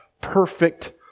perfect